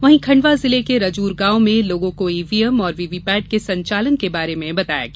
वहीं खण्डवा जिले के रजूर गांव में लोगों को ईवीएम और वीवीपैट के संचालन के बारे में बताया गया